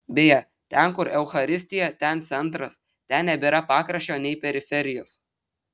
beje ten kur eucharistija ten centras ten nebėra pakraščio nei periferijos